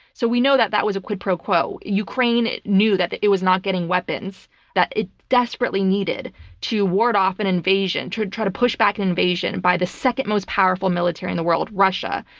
so we know that that was a quid pro quo. ukraine knew that that it was not getting weapons that it desperately needed to ward off an invasion, to try to push back an invasion by the second-most powerful military in the world, russia.